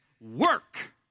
Work